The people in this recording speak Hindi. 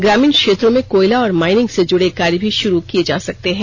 ग्रामीण क्षेत्रों में कोयला और माइनिंग से जुड़े कार्य भी षुरू किये जा सकते हैं